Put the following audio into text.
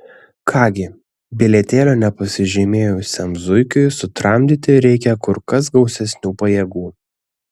ką gi bilietėlio nepasižymėjusiam zuikiui sutramdyti reikia kur kas gausesnių pajėgų